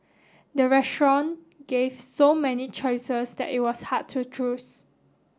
the restaurant gave so many choices that it was hard to choose